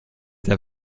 der